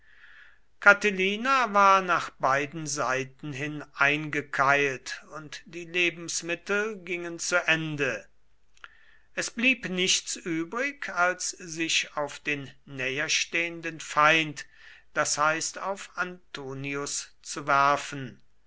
catilina war nach beiden seiten hin eingekeilt und die lebensmittel gingen zu ende es blieb nichts übrig als sich auf den näherstehenden feind das heißt auf antonius zu werfen